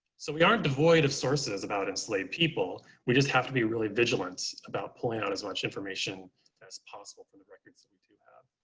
so we aren't devoid of sources about enslaved people, we just have to be really vigilant about pulling out as much information as possible from the records that we do have.